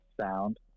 sound